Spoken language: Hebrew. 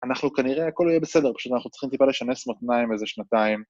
אנחנו כנראה, הכל לא יהיה בסדר, כשאנחנו צריכים טיפה לשנש מותניים, איזה שנתיים.